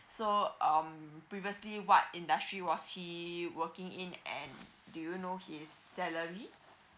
so um previously what industry was he working in and do you know his salary